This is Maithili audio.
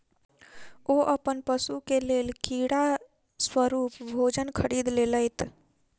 ओ अपन पशु के लेल कीड़ा स्वरूप भोजन खरीद लेलैत